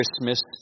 Christmas